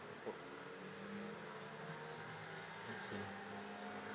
I see